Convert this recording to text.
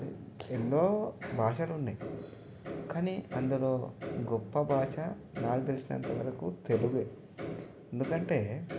ఎన్నో భాషలు ఉన్నాయి కానీ అందులో గొప్ప భాష నాకు తెలిసినంతవరకు తెలుగు ఎందుకంటే